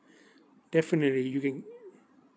definitely you can mm